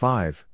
Five